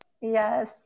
Yes